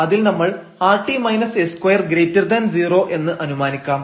അതിൽ നമ്മൾ rt s20 എന്ന് അനുമാനിക്കാം